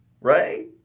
Right